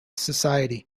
society